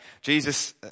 Jesus